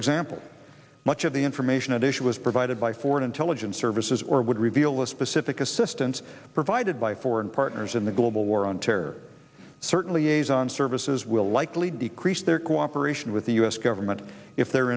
example much of the information at issue is provided by foreign intelligence services or would reveal a specific assistance provided by foreign partners in the global war on terror certainly a services will likely decrease their cooperation with the u s government if their